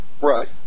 Right